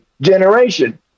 generation